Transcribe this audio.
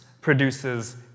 produces